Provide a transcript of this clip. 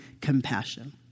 compassion